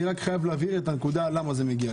אני רק חייב להבהיר את הנקודה למה זה מגיע לי.